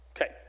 Okay